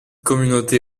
communautés